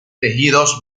tejidos